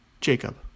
jacob